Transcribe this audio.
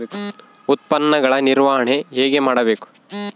ಉತ್ಪನ್ನಗಳ ನಿರ್ವಹಣೆ ಹೇಗೆ ಮಾಡಬೇಕು?